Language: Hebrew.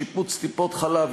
שיפוץ טיפות-חלב,